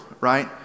right